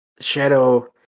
shadow